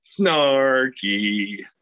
snarky